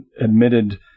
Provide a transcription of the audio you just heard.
admitted